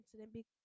incident